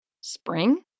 Spring